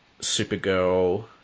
Supergirl